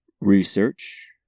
research